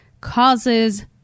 causes